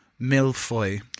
milfoy